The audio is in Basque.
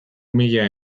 mila